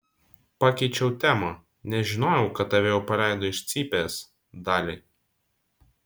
pakeičiau temą nežinojau kad tave jau paleido iš cypės dali